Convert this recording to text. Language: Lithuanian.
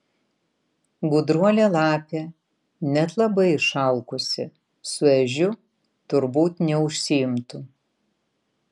gudruolė lapė net labai išalkusi su ežiu turbūt neužsiimtų